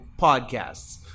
podcasts